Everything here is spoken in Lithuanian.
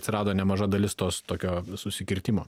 atsirado nemaža dalis tos tokio susikirtimo